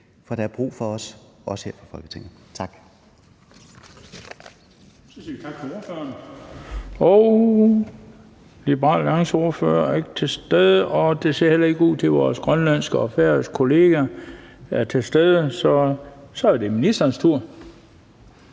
for der er brug for os, også her i Folketinget. Tak.